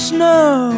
Snow